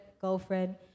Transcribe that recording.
Girlfriend